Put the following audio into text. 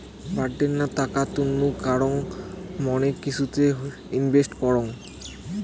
বাডেনগ্না টাকা তন্ন করাং মানে কিছুতে ইনভেস্ট করাং